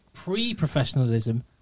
Pre-professionalism